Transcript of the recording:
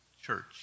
church